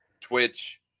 Twitch